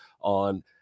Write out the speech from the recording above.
on